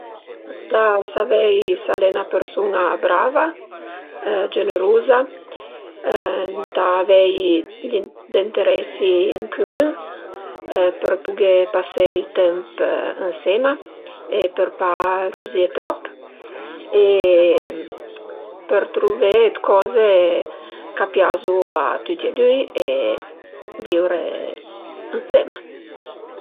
Ëntà savei s'al e 'na persun-a brava, gënëruza, ëntà avei d'enteresi ën cümün për pughé pasé ël temp ënsema e për pa rüzié trop e për truvé d'coze ch'a piazu a tüti e düi e viure ënsema